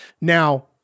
now